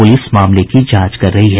police मामले की जांच कर रही है